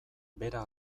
bera